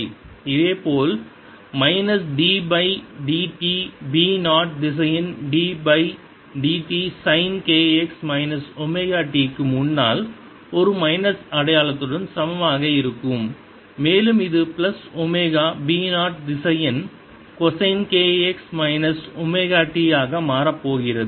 இதேபோல் minus dB by dt B 0 திசையன் d by dt sine k x minus omega t க்கு முன்னால் ஒரு மைனஸ் அடையாளத்துடன் சமமாக இருக்கும் மேலும் இது பிளஸ் ஒமேகா B 0 திசையன் cosine kx minus omega t ஆக மாறப்போகிறது